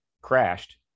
crashed